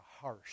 harsh